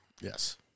Yes